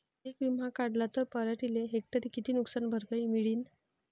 पीक विमा काढला त पराटीले हेक्टरी किती नुकसान भरपाई मिळीनं?